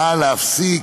באה להפסיק,